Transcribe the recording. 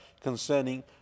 concerning